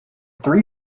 three